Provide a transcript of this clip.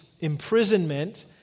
imprisonment